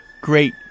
great